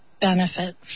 benefit